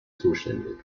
zuständig